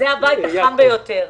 זה הבית החם ביותר.